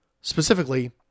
Specifically